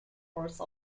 horse